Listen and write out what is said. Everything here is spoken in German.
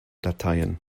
dateien